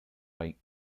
light